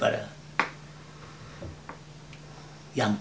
but yeah